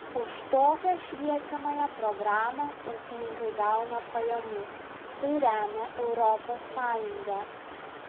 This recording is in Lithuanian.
už tokią šviečiamąją programą ūkininkai gauna pajamų tai remia europos sąjunga